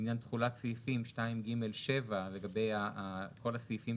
בעניין תחולת סעיפים 2ג7 לגבי כל הסעיפים